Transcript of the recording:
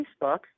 Facebook